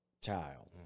child